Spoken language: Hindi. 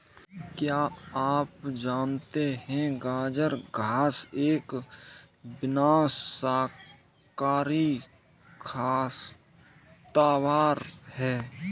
क्या आप जानते है गाजर घास एक विनाशकारी खरपतवार है?